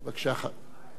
מכובדי השרים,